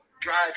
drive